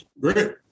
great